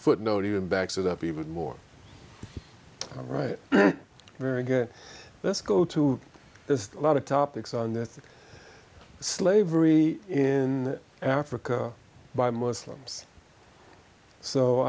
footnote even backs it up even more right here again let's go to a lot of topics on this slavery in africa by muslims so